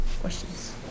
Questions